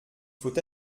faut